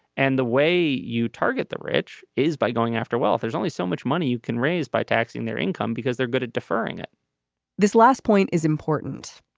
and the way you target the rich is by going after wealth there's only so much money you can raise by taxing their income because they're good at deferring it this last point is important.